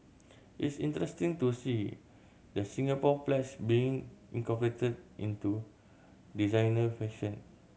it's interesting to see the Singapore Pledge being incorporated into designer fashion